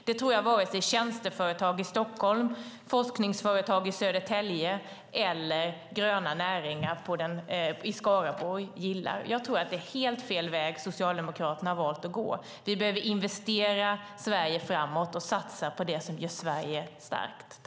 Det tror jag inte att vare sig tjänsteföretag i Stockholm, forskningsföretag i Södertälje eller gröna näringar i Skaraborg gillar. Jag tror att det är helt fel väg som Socialdemokraterna har valt att gå. Vi behöver investera Sverige framåt och satsa på det som gör Sverige starkt.